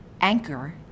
Anchor